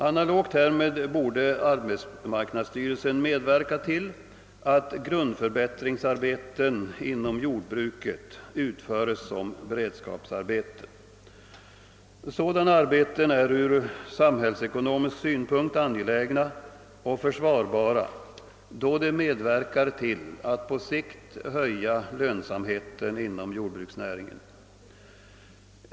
Analogt härmed borde arbetsmarknadsstyrelsen medverka till att grundförbättringsarbeten inom jordbruket utföres som beredskapsarbeten. Sådana arbeten är ur samhällsekonomisk synpunkt angelägna och försvarbara, då de medverkar till att på sikt höja lönsamheten inom jordbruksnäringen.